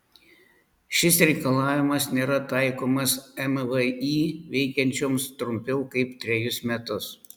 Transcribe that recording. šis reikalavimas nėra taikomas mvį veikiančioms trumpiau kaip trejus metus